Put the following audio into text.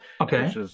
Okay